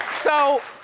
so,